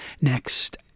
next